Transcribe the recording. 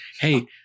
hey